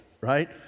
right